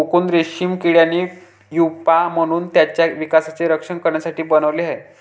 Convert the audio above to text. cocoon रेशीम किड्याने pupa म्हणून त्याच्या विकासाचे रक्षण करण्यासाठी बनवले आहे